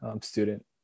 student